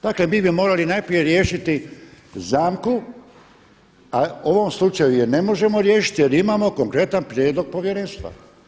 Dakle mi bi morali najprije riješiti zamku, a u ovom slučaju je ne možemo riješiti jer imamo konkretan prijedlog povjerenstva.